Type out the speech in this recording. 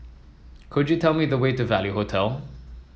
could you tell me the way to Value Hotel